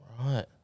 Right